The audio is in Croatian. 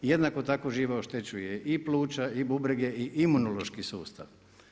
Jednako tako živa oštećuje i pluća i bubrege i imunološki sustav.